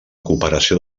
cooperació